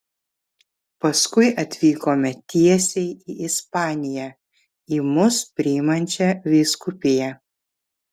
paskui atvykome tiesiai į ispaniją į mus priimančią vyskupiją